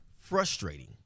frustrating